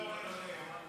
לא,